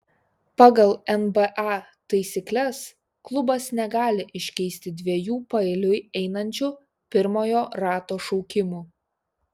pagal nba taisykles klubas negali iškeisti dviejų paeiliui einančių pirmojo rato šaukimų